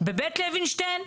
בבית לוינשטיין.